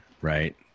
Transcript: Right